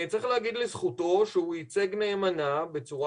צריך להגיד לזכותו שהוא ייצג נאמנה בצורה